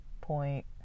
point